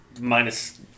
minus